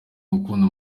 gukunda